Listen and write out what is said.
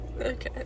okay